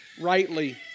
rightly